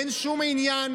אין שום עניין,